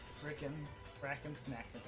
freaking rack and stack